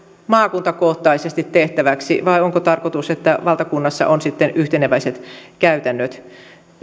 maakuntakohtaisesti tehtäviksi vai onko tarkoitus että valtakunnassa on yhteneväiset käytännöt